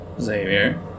Xavier